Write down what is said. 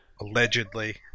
Allegedly